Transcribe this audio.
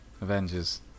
Avengers